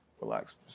relax